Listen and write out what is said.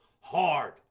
hard